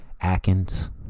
Atkins